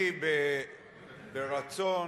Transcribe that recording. אני, ברצון,